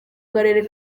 karere